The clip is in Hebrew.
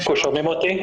שומעים אותי?